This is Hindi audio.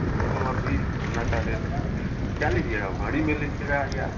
तो अभी सोना का रेट क्या लीजिएगा भरी में लीजिएगा या